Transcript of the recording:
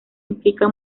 implica